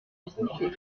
justifiée